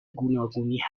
گوناگونی